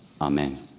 Amen